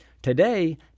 Today